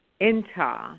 enter